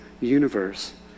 universe